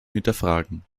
hinterfragen